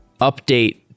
update